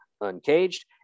uncaged